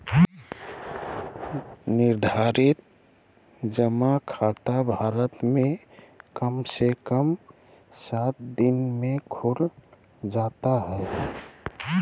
निर्धारित जमा खाता भारत मे कम से कम सात दिन मे खुल जाता हय